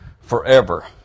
forever